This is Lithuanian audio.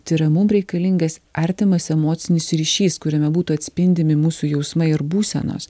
tai yra mum reikalingas artimas emocinis ryšys kuriame būtų atspindimi mūsų jausmai ir būsenos